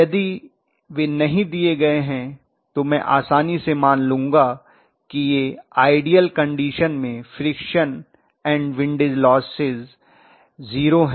यदि वे नहीं दिए गए हैं तो मैं आसानी से मान लूंगा कि यह आइडियल कंडीशन में friction and windage losses zero हैं